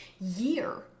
year